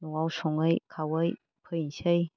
न'आव सङै खावै फैनोसै